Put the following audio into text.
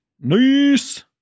Nice